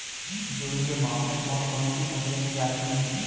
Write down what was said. जून के माह में कौन कौन सी फसलें की जाती हैं?